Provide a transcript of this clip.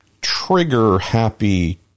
trigger-happy